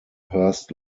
hurst